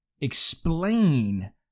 explain